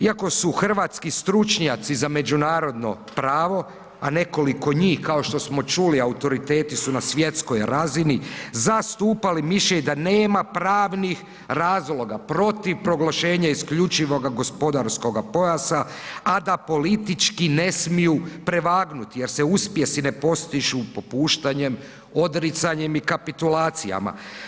Iako su hrvatski stručnjaci za međunarodno pravo, a nekoliko njih kao što smo čuli, autoriteti su na svjetskoj razini zastupali mišljenje da nema pravnih razloga protiv proglašenja isključivoga gospodarskoga pojasa, a da politički ne smiju prevagnuti jer se uspjesi ne postižu popuštanjem, odricanjem i kapitulacijama.